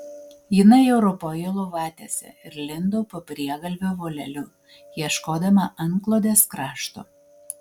jinai jau ropojo lovatiese ir lindo po priegalvio voleliu ieškodama antklodės krašto